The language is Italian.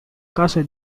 caso